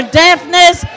deafness